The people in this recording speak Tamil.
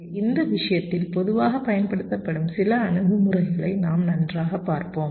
எனவே இந்த விஷயத்தில் பொதுவாக பயன்படுத்தப்படும் சில அணுகுமுறைகளை நாம் நன்றாகப் பார்ப்போம்